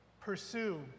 pursue